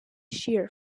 shear